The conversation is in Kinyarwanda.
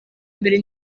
mbere